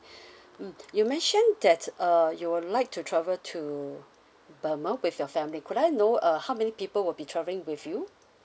mm you mentioned that uh you would like to travel to barmouth with your family could I know uh how many people will be travelling with you